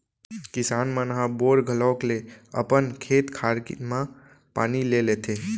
किसान मन ह बोर घलौक ले अपन खेत खार म पानी ले लेथें